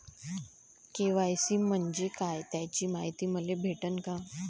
KYC म्हंजे काय त्याची मायती मले भेटन का?